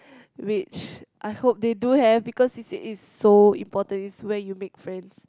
which I hope they do have because C_C_A is so important it's where you make friends